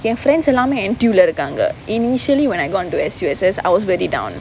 என்:en friends எல்லாமே:ellamae N_T_U lah இருக்காங்க:irukkaanga initially when I go onto S_U_S_S I was very down